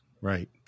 Right